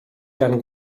gan